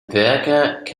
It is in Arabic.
ذاك